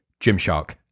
Gymshark